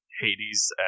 Hades